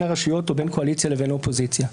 הרשויות ובין קואליציה לבין אופוזיציה.